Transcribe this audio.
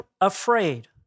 afraid